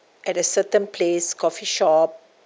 at a certain place coffee shop